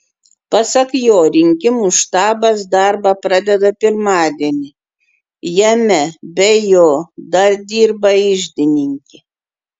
pasak jo rinkimų štabas darbą pradeda pirmadienį jame be jo dar dirba iždininkė